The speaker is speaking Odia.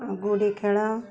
ଗୁଡ଼ି ଖେଳ